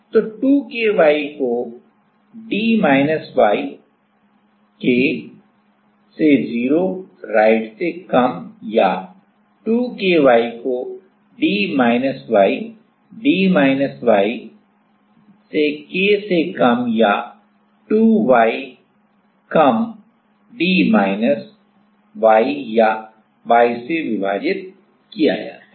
तो 2 K y को d minus y minus K से 0 राइट से कम या 2 K y को d minus yd minus y से K से कम या 2 y कम d माइनस y या y से विभाजित किया जाता है